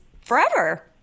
forever